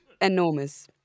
Enormous